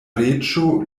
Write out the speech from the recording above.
reĝo